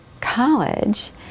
college